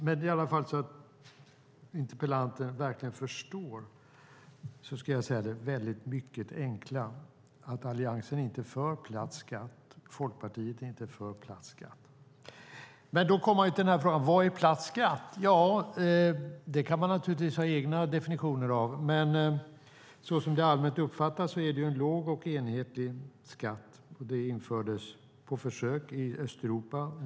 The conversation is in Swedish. För att interpellanten verkligen ska förstå ska jag säga det mycket enkla att Alliansen inte är för platt skatt och att Folkpartiet inte är för platt skatt. Då kommer man till frågan: Vad är platt skatt? Det kan man naturligtvis ha egna definitioner av, men som det allmänt uppfattas är det en låg och enhetlig skatt, och den infördes på försök i Östeuropa.